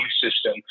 system